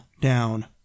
down